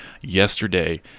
yesterday